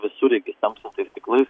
visureigiais tamsintais stiklais